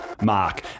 mark